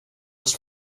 was